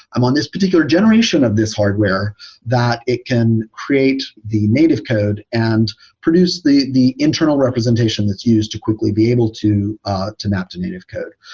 i'm on this particular generation of this hardware that it can create the native code and produce the the internal representation that's used to quickly be able to ah to map to native code.